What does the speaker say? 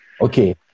Okay